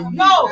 no